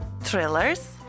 thrillers